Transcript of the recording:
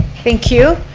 thank you.